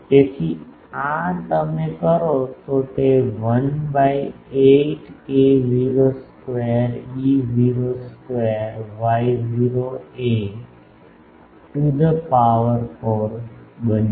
તેથી જો તમે કરો તો તે 1 by 8 k0 square E0 square Y0 a to the power 4 બનશે